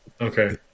Okay